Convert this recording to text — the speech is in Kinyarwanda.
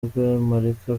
rwemarika